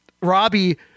Robbie